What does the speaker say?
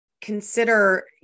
consider